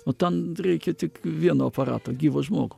o tan reikia tik vieno aparato gyvą žmogų